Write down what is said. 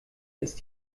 ist